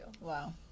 Wow